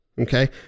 Okay